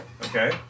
Okay